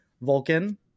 Vulcan